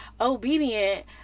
obedient